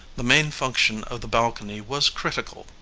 the main function of the balcony was critical,